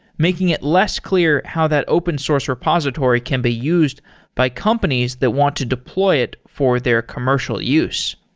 making it less clear how that open source repository can be used by companies that want to deploy it for their commercial use.